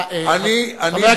אני מעריך,